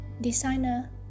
Designer